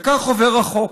וכך עובר החוק.